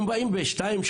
הם באים שניים,